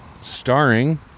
starring